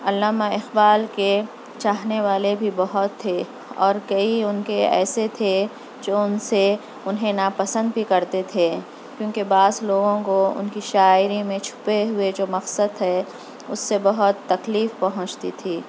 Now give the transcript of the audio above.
علامہ اقبال کے چاہنے والے بھی بہت تھے اور کئی ان کے ایسے تھے جو ان سے انہیں ناپسند بھی کرتے تھے، کیونکہ بعض لوگوں کو ان کی شاعری میں چھپے ہوئے جو مقصد ہے، اس سے بہت تکلیف پہنچتی تھی